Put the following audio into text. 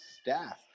staff